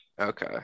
Okay